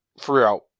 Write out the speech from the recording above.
throughout